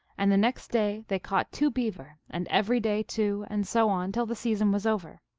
and the next day they caught two beaver, and every day two, and so on, till the season was over.